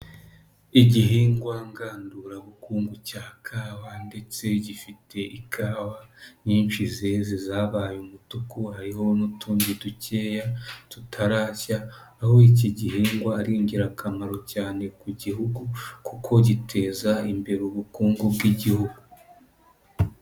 Igihingwa ngandurabukungu cya kawa ndetse gifite ikawa nyinshi zeze zabaye umutuku, hariho n'utundi dukeya tutarashya, aho iki gihingwa ari ingirakamaro cyane ku Gihugu kuko giteza imbere ubukungu bw'Igihugu.